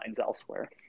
elsewhere